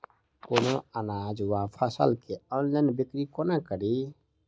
कोनों अनाज वा फसल केँ ऑनलाइन बिक्री कोना कड़ी?